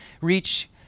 reach